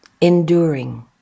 enduring